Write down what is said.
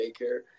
daycare